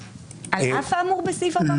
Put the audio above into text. --- על אף האמור בסעיף (ב).